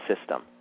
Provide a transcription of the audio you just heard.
system